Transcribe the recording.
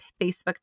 Facebook